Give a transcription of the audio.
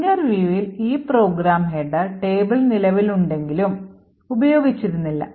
linker viewൽ ഈ program header table നിലവിലുണ്ടെങ്കിലും ഉപയോഗിച്ചിരുന്നില്ല